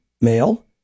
male